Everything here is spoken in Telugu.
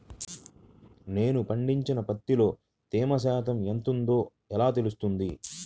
నేను పండించిన పత్తిలో తేమ శాతం ఎంత ఉందో ఎలా తెలుస్తుంది?